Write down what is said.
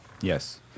Yes